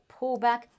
pullback